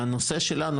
הנושא שלנו,